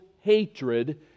hatred